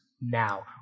now